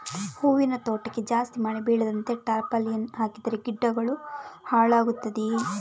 ಹೂವಿನ ತೋಟಕ್ಕೆ ಜಾಸ್ತಿ ಮಳೆ ಬೀಳದಂತೆ ಟಾರ್ಪಾಲಿನ್ ಹಾಕಿದರೆ ಗಿಡಗಳು ಹಾಳಾಗುತ್ತದೆಯಾ?